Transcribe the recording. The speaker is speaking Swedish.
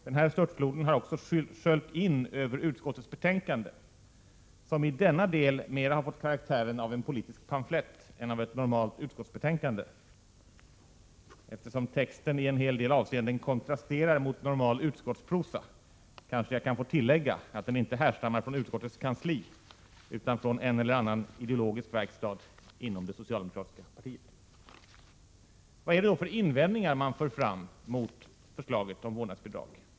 Den störtfloden har också sköljt in över utskottets betänkande, som i denna del mer fått karaktären av en politisk pamflett än av ett normalt utskottsbetänkande. Eftersom texten i en hel del avseenden kontrasterar mot normal utskottsprosa kanske jag kan få tillägga att den inte härstammar från utskottets kansli utan från en eller annan ideologisk verkstad inom det socialdemokratiska partiet. Vad är det då för invändningar som man för fram mot förslaget om vårdnadsbidrag?